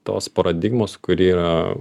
tos paradigmos kuri yra